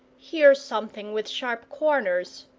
here's something with sharp corners,